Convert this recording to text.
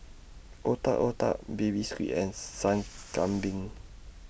Otak Otak Baby Squid and Sup Kambing